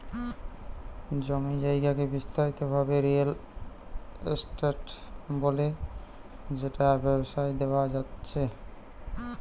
জমি জায়গাকে বিস্তারিত ভাবে রিয়েল এস্টেট বলে যেটা ব্যবসায় দেওয়া জাতিচে